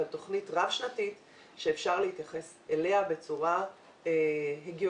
אבל תוכנית רב-שנתית שאפשר להתייחס אליה בצורה הגיונית.